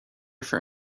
for